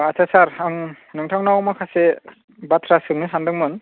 आटसा सार आं नोंथांनाव माखासे बाथ्रा सोंनो सानदोंमोन